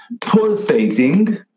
pulsating